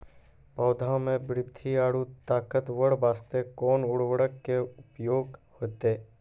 पौधा मे बृद्धि और ताकतवर बास्ते कोन उर्वरक के उपयोग होतै?